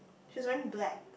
she's wearing black